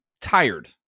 tired